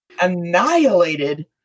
annihilated